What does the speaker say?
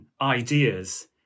ideas